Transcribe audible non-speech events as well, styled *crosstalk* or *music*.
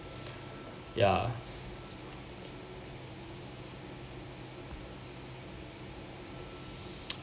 ya *noise*